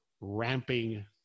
ramping